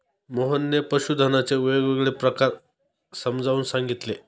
मोहनने पशुधनाचे वेगवेगळे प्रकार समजावून सांगितले